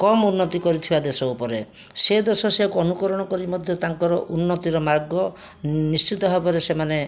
କମ୍ ଉନ୍ନତି କରିଥିବା ଦେଶ ଉପରେ ସେ ଦେଶ ସେଇୟାକୁ ଅନୁକରଣ କରି ମଧ୍ୟ ତାଙ୍କର ଉନ୍ନତିର ମାର୍ଗ ନିଶ୍ଚିତ ଭାବରେ ସେମାନେ